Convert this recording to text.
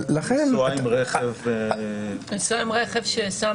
לנסוע עם רדיו חזק ברכב?